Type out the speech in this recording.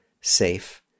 safe